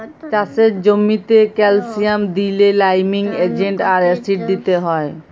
চাষের জ্যামিতে ক্যালসিয়াম দিইলে লাইমিং এজেন্ট আর অ্যাসিড দিতে হ্যয়